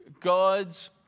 God's